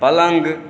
पलङ्ग